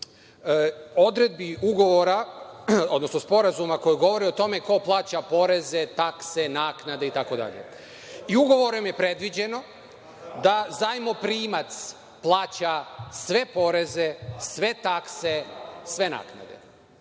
odredbi ugovora, odnosno sporazuma koji govore o tome ko plaća poreze, takse, naknade itd. Ugovorom je predviđeno da zajmoprimac plaća sve poreze, sve takse, sve naknade.